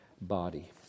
body